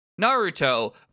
Naruto